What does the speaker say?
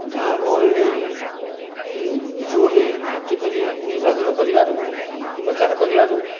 ଗାଁ ଗହଳିରେ ଜୋରରେ ପାଟି କରି ନିର୍ବାଚନ କରିବାରୁ ପ୍ରଚାର କରିବାରୁ